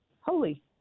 holy